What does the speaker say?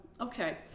Okay